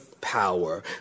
power